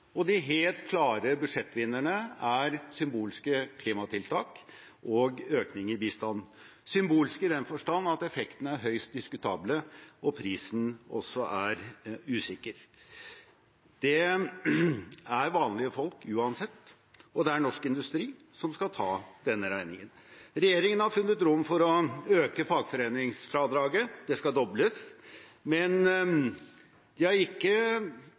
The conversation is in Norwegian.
og de helt klare budsjettvinnerne er symbolske klimatiltak og økning i bistand – symbolske i den forstand at effektene er høyst diskutable og prisen også usikker. Det er vanlige folk uansett, og det er norsk industri som skal ta denne regningen. Regjeringen har funnet rom for å øke fagforeningsfradraget, det skal dobles, men de har ikke